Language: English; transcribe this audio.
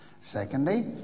secondly